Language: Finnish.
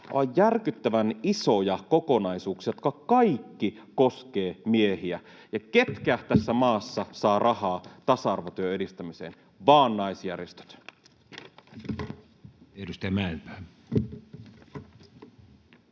Aivan järkyttävän isoja kokonaisuuksia, jotka kaikki koskevat miehiä, ja ketkä tässä maassa saavat rahaa tasa-arvotyön edistämiseen? Vain naisjärjestöt.